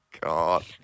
God